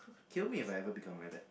kill me if even become really bad